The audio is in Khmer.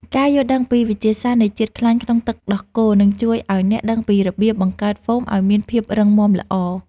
ការយល់ដឹងពីវិទ្យាសាស្ត្រនៃជាតិខ្លាញ់ក្នុងទឹកដោះគោ នឹងជួយឱ្យអ្នកដឹងពីរបៀបបង្កើតហ្វូមឱ្យមានភាពរឹងមាំល្អ។